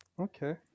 okay